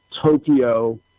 Tokyo